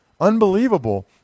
Unbelievable